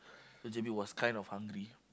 to J_B was kind of hungry